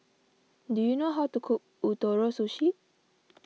do you know how to cook Ootoro Sushi